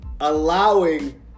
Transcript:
allowing